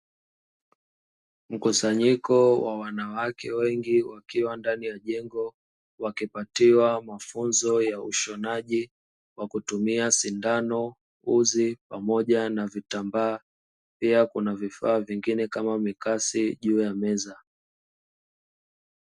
Mkusanyiko wa wanawake wengi wakiwa ndani ya jengo, wakipatiwa mafunzo ya ushonaji kwa kutumia sindano, uzi pamoja na vitambaa; pia kuna vifaa vingine kama mikasi juu ya meza.